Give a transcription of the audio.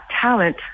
talent